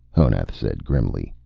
honath said grimly,